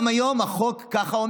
גם היום החוק אומר ככה.